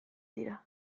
dira